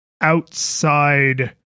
outside